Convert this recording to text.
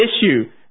issue